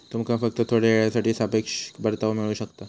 तुमका फक्त थोड्या येळेसाठी सापेक्ष परतावो मिळू शकता